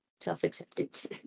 self-acceptance